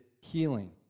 healing